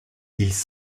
ils